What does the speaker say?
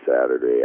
Saturday